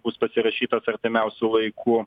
bus pasirašytos artimiausiu laiku